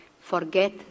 forget